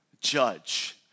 judge